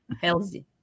healthy